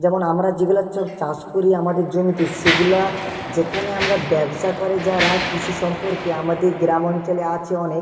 যেমন আমরা যেগুলো চাষ করি আমাদের জমিতে সেগুলো যেখানে আমরা ব্যবসা করে যারা কৃষি সম্পর্কে আমাদের গ্রাম অঞ্চলে আছে অনেক